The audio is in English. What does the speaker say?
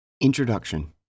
Introduction